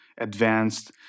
Advanced